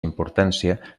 importància